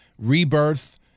Rebirth